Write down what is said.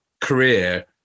career